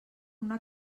una